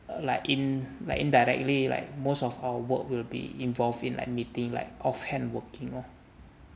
like in like indirectly like most of our work will be involved in like admitting like of hand working